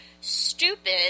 stupid